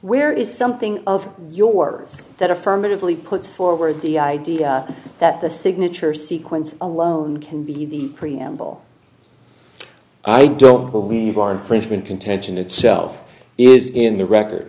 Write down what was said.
where is something of yours that affirmatively puts forward the idea that the signature sequence alone can be the preamble i don't believe our infringement contention itself is in the record